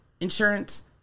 insurance